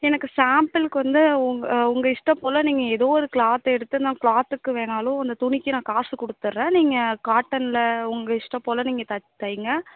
எனக்கு சாம்பிளுக்கு வந்து உங் உங்கள் இஷ்டம் போல் நீங்கள் எதோ ஒரு க்ளாத்தை எடுத்து நான் க்ளாத்துக்கு வேணாலும் அந்த துணிக்கு நான் காசு கொடுத்தட்றேன் நீங்கள் காட்டனில் உங்கள் இஷ்டம் போல் நீங்கள் தச் தைங்க